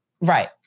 Right